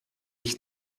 ich